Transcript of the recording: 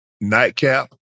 Nightcap